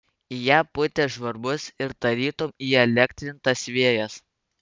į ją pūtė žvarbus ir tarytum įelektrintas vėjas